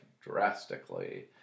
drastically